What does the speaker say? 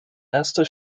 erster